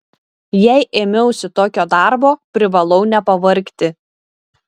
jei ėmiausi tokio darbo privalau nepavargti